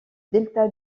delta